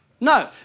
No